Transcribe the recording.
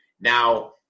Now